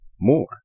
more